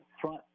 front